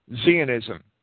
Zionism